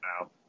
now